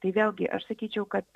tai vėlgi aš sakyčiau kad